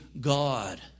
god